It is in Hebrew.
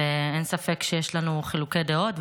ואין ספק שיש לנו חילוקי דעות,